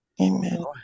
amen